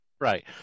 right